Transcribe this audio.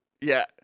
Yeah-